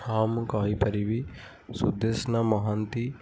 ହଁ ମୁଁ କହିପାରିବି ସୁଦେଶ୍ନା ମହାନ୍ତି